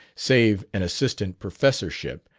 save an assistant professorship,